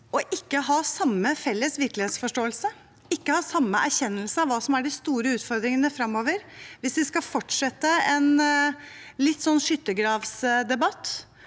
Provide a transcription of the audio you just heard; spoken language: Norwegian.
ikke å ha samme felles virkelighetsforståelse, ikke ha samme erkjennelse av hva som er de store utfordringene fremover, hvis vi skal fortsette en skyttergravsdebatt